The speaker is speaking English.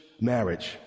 marriage